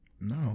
No